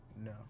No